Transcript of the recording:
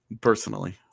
Personally